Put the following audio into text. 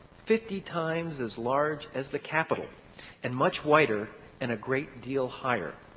fifty times as large as the capitol and much whiter and a great deal higher.